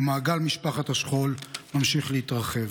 ומעגל משפחת השכול ממשיך להתרחב.